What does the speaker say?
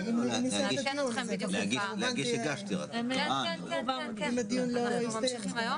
מחלקה פנימי זה לא המקום שנכון לאותם המטופלים,